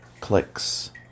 clicks